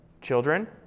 children